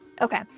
Okay